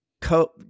co